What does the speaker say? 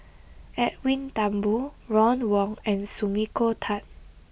Edwin Thumboo Ron Wong and Sumiko Tan